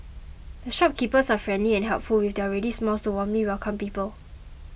the shopkeepers are friendly and helpful with their ready smiles to warmly welcome people